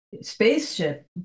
spaceship